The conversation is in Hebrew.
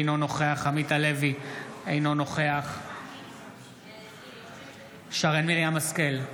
אינו נוכח עמית הלוי, אינו נוכח שרן מרים השכל,